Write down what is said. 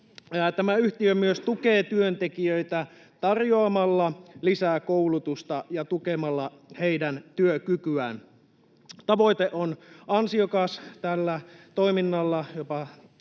Tämä yhtiö myös tukee työntekijöitä tarjoamalla lisää koulutusta ja tukemalla heidän työkykyään. Tavoite on ansiokas tällä toiminnalla: